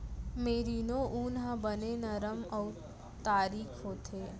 merino ऊन ह बने नरम अउ तारीक होथे